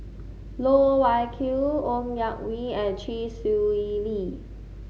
Loh Wai Kiew Ng Yak Whee and Chee Swee Lee